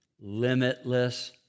limitless